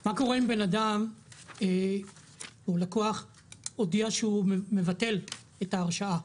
מה קורה אם אדם או לקוח הודיע שהוא מבטל את ההרשאה,